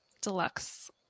deluxe